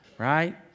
right